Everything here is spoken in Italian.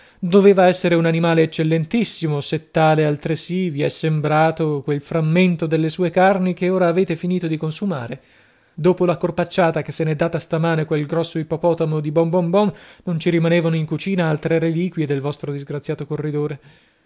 doveva essere un animale eccellentissimo se tale altresì vi è sembrato quel frammento delle sue carni che ora avete finito di consumare dopo la corpacciata che se n'è data stamane quel grosso ippopotamo di boom bom bom non ci rimanevano in cucina altre reliquie del vostro disgraziato corridore